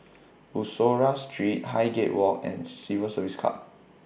Bussorah Street Highgate Walk and Civil Service Club